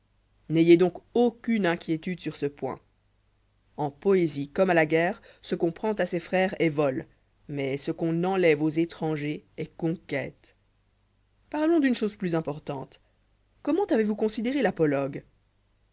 n'ayez donc aucune inquiétudersur ce point en poésie comme à la guerre ce qu'on prend à ses frères est vol mat ce qu'on enlève aux étrangers est conquête parlons d'une chô se plus importante cpmment ayez vous considéré l'apologue